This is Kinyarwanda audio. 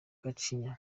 gacinya